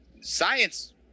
science